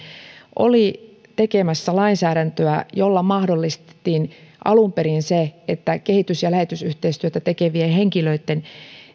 oli tekemässä lainsäädäntöä jolla mahdollistettiin alun perin se että kehitys ja lähetysyhteistyötä tekevien henkilöitten